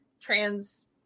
trans